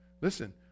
listen